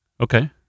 Okay